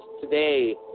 today